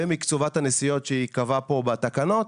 ומקצובת הנסיעות שתיקבע כאן בתקנות.